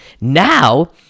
now